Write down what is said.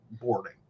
boarding